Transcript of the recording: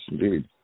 indeed